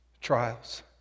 trials